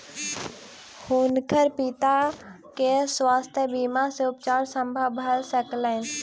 हुनकर पिता के स्वास्थ्य बीमा सॅ उपचार संभव भ सकलैन